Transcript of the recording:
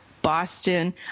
boston